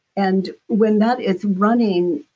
and when that is running.